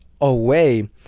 away